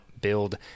Build